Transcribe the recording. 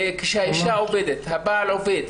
כשהאישה והבעל עובדים,